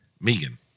Megan